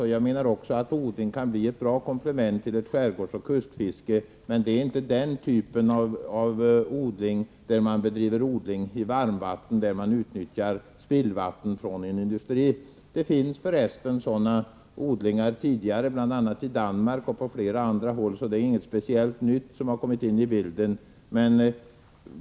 Även jag menar att odling kan bli ett bra komplement till ett skärgårdsoch kustfiske. Men det gäller inte den typ av odling som innebär odling i varmvatten, där man utnyttjar spillvatten från en industri. Sådana odlingar finns för resten redan, bl.a. i Danmark och på flera andra håll, så detta är inte något speciellt nytt som kommit in i bilden.